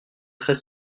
très